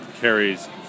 carries